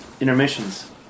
intermissions